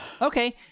Okay